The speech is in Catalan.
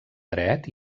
dret